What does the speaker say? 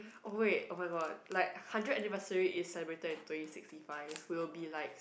oh wait oh-my-god like hundred anniversary is celebrated in twenty sixty five we'll be like